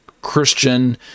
Christian